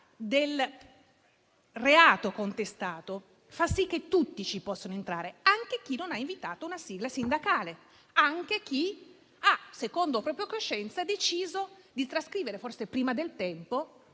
del reato contestato fa sì che tutti ci possano rientrare, anche chi non ha invitato una sigla sindacale; anche chi ha deciso di fare una trascrizione forse prima del tempo,